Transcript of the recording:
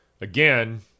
again